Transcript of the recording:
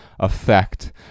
effect